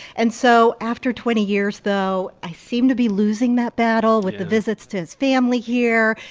and so after twenty years, though, i seem to be losing that battle with the visits to his family here.